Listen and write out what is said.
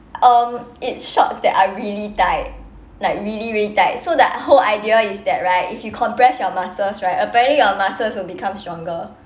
um it's shorts that are really tight like really really tight so the whole idea is that right if you compress your muscles right apparently your muscles will become stronger